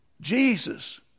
Jesus